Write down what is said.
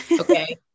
Okay